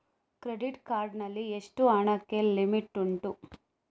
Credit card ನಲ್ಲಿ ಎಷ್ಟು ಹಣಕ್ಕೆ ಲಿಮಿಟ್ ಉಂಟು?